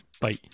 Bye